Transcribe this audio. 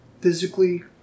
physically